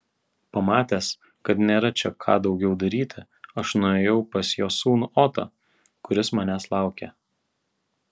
pamatęs kad nėra čia ką daugiau daryti aš nuėjau pas jo sūnų otą kuris manęs laukė